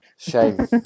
Shame